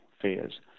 fears